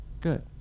Good